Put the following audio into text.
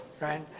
right